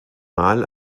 mal